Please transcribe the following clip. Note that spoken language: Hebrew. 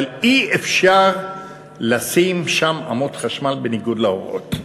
אבל אי-אפשר לשים שם עמוד חשמל בניגוד להוראות.